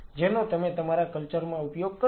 જેનો તમે તમારા કલ્ચર માં ઉપયોગ કરશો